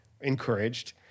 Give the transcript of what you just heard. encouraged